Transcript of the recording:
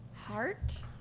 Heart